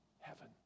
heaven